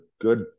good